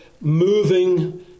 moving